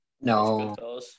No